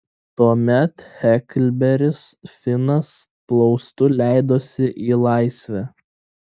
tuomet heklberis finas plaustu leidosi į laisvę